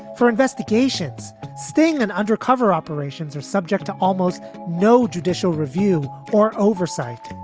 four investigations sting and undercover operations are subject to almost no judicial review or oversight.